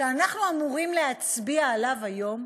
שאנחנו אמורים להצביע עליו היום,